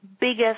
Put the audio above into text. biggest